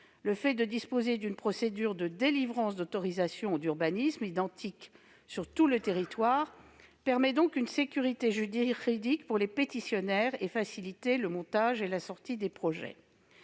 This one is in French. Le fait de disposer d'une procédure de délivrance d'autorisations d'urbanisme identique sur tout le territoire permet donc une sécurité juridique pour les pétitionnaires. Cela facilite le montage et la sortie des projets.